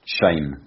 shame